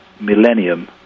millennium